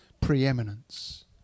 preeminence